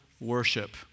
Worship